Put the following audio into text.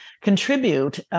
contribute